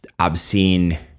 obscene